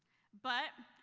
but,